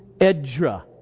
edra